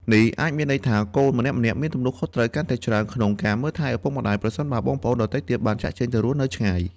នេះអាចមានន័យថាកូនម្នាក់ៗមានទំនួលខុសត្រូវកាន់តែច្រើនក្នុងការមើលថែឪពុកម្តាយ ប្រសិនបើបងប្អូនដទៃបានចាកចេញទៅរស់នៅឆ្ងាយ។